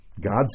God's